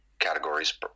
categories